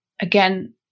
again